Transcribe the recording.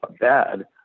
Bad